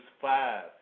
five